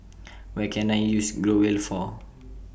What Can I use Growell For